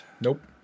Nope